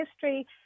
History